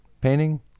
painting